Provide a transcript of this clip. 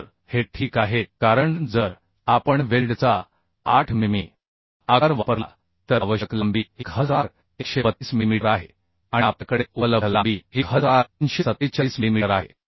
तर हे ठीक आहे कारण जर आपण वेल्डचा 8 मिमी आकार वापरला तर आवश्यक लांबी 1132 मिलीमीटर आहे आणि आपल्याकडे उपलब्ध लांबी 1347 मिलीमीटर आहे